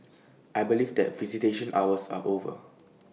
I believe that visitation hours are over